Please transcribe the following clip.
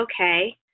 okay